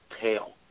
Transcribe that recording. tail